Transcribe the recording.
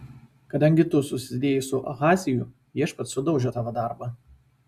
kadangi tu susidėjai su ahaziju viešpats sudaužė tavo darbą